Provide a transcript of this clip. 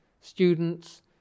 students